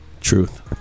Truth